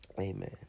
amen